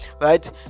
right